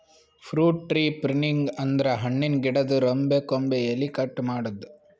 fruit tree pruning ಅಂದ್ರ ಹಣ್ಣಿನ್ ಗಿಡದ್ ರೆಂಬೆ ಕೊಂಬೆ ಎಲಿ ಕಟ್ ಮಾಡದ್ದ್